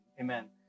Amen